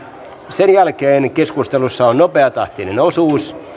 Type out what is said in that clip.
sen jälkeen keskustelussa on nopeatahtinen osuus